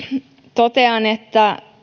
totean että